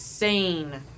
Insane